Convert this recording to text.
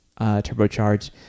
turbocharged